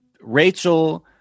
Rachel –